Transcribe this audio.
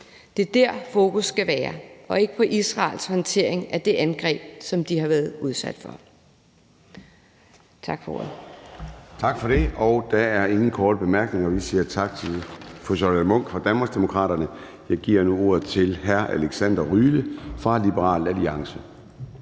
Det er der, fokus skal være, og ikke på Israels håndtering af det angreb, som de har været udsat for.